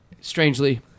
strangely